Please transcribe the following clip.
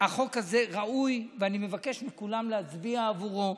שהחוק הזה ראוי, ואני מבקש מכולם להצביע עבורו.